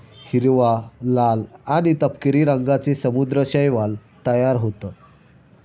हिरवा, लाल आणि तपकिरी रंगांचे समुद्री शैवाल तयार होतं